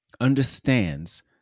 understands